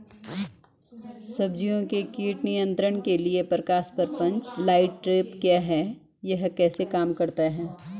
सब्जियों के कीट नियंत्रण के लिए प्रकाश प्रपंच लाइट ट्रैप क्या है यह कैसे काम करता है?